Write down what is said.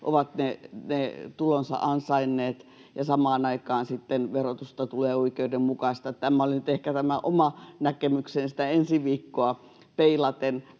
ovat tulonsa ansainneet — ja samaan aikaan sitten verotusta tulee oikeudenmukaistaa. Tämä oli nyt ehkä oma näkemykseni ensi viikkoa peilaten.